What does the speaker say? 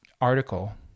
article